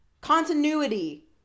continuity